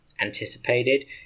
anticipated